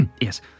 Yes